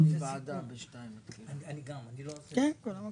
תן לי שנייה להגיד משפט כי אני צריך לצאת